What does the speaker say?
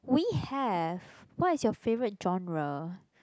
we have what is your favourite genre